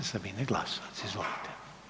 Sabine Glasovac, izvolite.